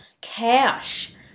cash